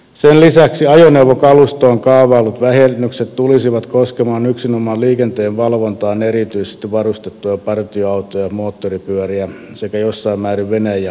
sen lisäksi ajoneuvokalustoon kaavaillut vähennykset tulisivat koskemaan yksinomaan liikenteenvalvontaan erityisesti varustettuja partioautoja ja moottoripyöriä sekä jossain määrin vene ja moottorikelkkakalustoa